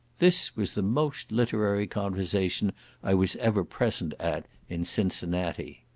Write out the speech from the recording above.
this was the most literary conversation i was ever present at in cincinnati.